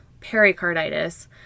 pericarditis